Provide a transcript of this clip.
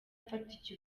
afata